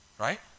Right